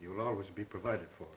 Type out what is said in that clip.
you will always be provided for